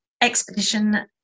expedition